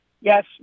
yes